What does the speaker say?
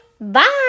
Bye